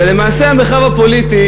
ולמעשה, המרחב הפוליטי